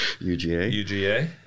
UGA